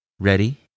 Ready